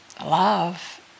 love